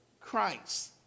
Christ